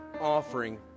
offering